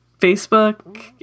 Facebook